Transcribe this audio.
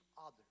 others